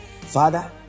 Father